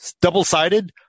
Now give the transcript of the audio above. double-sided